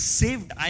saved